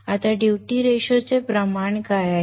आता duty ratio चे प्रमाण काय आहे